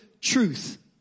truth